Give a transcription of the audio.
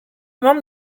membres